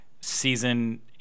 season